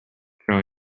grow